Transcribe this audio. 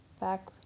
back